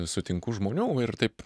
sutinku žmonių ir taip